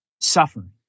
suffering